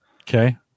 Okay